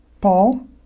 Paul